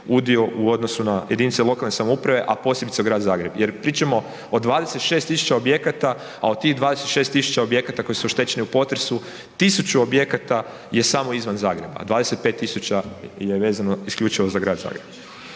udio u odnosu na jedinice lokalne samouprave, a posebice grad Zagreb jer pričamo o 26 tisuća objekata, a od tih 26 tisuća objekata koji su oštećeni u potresu, 100 objekata je samo izvan Zagreba, a 25 tisuća je vezano isključivo za grad Zagreb.